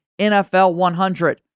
NFL100